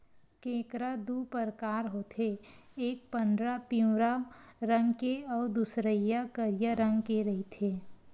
केंकरा दू परकार होथे एक पंडरा पिंवरा रंग के अउ दूसरइया करिया रंग के रहिथे